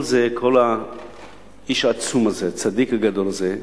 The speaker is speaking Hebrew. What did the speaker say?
כל זה, האיש העצום הזה, הצדיק הגדול הזה,